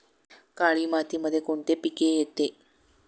काळी मातीमध्ये कोणते पिके येते?